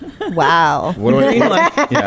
Wow